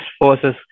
forces